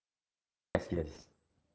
yes yes